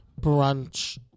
brunch